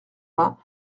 vingt